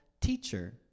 Teacher